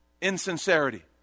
insincerity